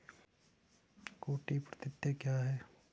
कीट प्रतिरोधी क्या है?